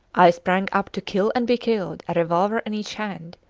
i sprang up to kill and be killed, a revolver in each hand,